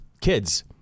kids